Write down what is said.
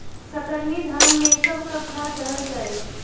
कतरनी धान में कब कब खाद दहल जाई?